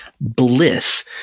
Bliss